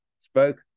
spoke